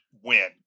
win